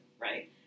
right